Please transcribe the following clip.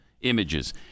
images